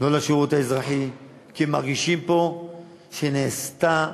לא לשירות האזרחי, כי הם מרגישים שנעשה פה